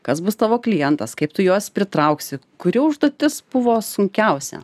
kas bus tavo klientas kaip tu juos pritrauksi kuri užduotis buvo sunkiausia